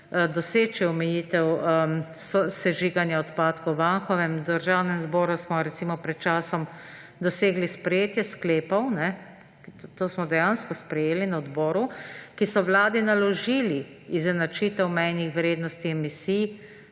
doseči omejitev sežiganja odpadkov v Anhovem. V Državnem zboru smo recimo pred časom dosegli sprejetje sklepov, to smo dejansko sprejeli na odboru, ki so vladi naložili izenačitev mejnih vrednosti emisij